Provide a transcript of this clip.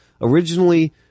originally